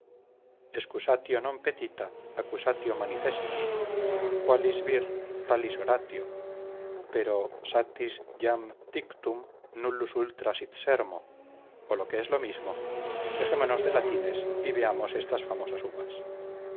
petita accusatio manifesta qualis vir talis oratio pero satis jam dictum nullus ultra sit sermo o lo que es lo mismo dejémonos de latines y veamos estas famosas uvas